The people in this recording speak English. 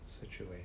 situation